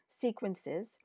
sequences